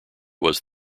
was